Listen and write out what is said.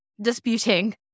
disputing